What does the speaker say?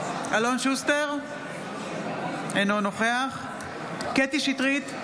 שוסטר, אינו נוכח קטי קטרין שטרית,